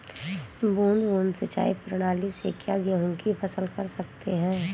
बूंद बूंद सिंचाई प्रणाली से क्या गेहूँ की फसल कर सकते हैं?